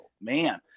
man